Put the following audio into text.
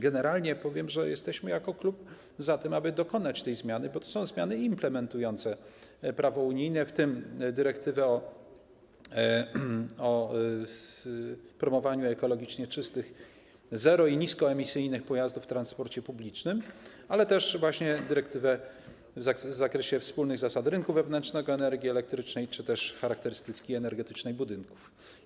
Generalnie powiem, że jako klub jesteśmy za tym, aby dokonać tych zmian, bo to są zmiany implementujące prawo unijne, w tym dyrektywę o promowaniu ekologicznie czystych zero- i niskoemisyjnych pojazdów w transporcie publicznym, ale też właśnie dyrektywę w zakresie wspólnych zasad rynku wewnętrznego energii elektrycznej czy też charakterystyki energetycznej budynków.